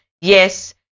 Yes